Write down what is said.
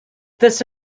this